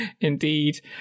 indeed